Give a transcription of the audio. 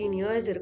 years